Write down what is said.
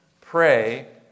pray